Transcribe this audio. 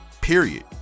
period